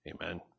Amen